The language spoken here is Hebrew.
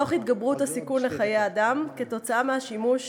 תוך התגברות הסיכון לחיי אדם כתוצאה מהשימוש